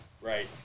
right